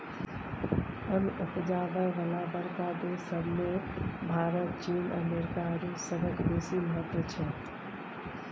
अन्न उपजाबय बला बड़का देस सब मे भारत, चीन, अमेरिका आ रूस सभक बेसी महत्व छै